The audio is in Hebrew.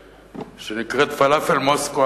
שנקראת: "פלאפל מוסקו,